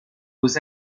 aux